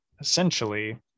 essentially